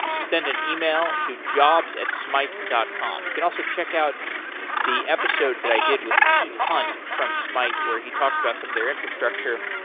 send an email to jobs at smyte dot com. you can also check out the episode that i did with pete hunt from smyte where he talks about some of their infrastructure,